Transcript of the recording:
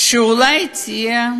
שאולי יהיו